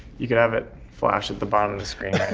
you can have it flash at the bottom of the screen